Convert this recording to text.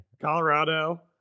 Colorado